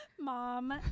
Mom